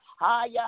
higher